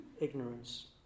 ignorance